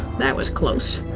that was close.